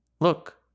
Look